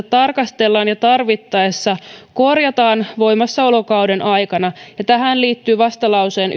tarkastellaan ja tarvittaessa korjataan voimassaolokauden aikana tähän liittyy vastalauseen